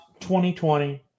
2020